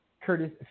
Curtis